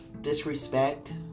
Disrespect